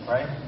Right